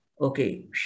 Okay